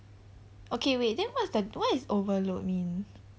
okay wait then what's the what is overload mean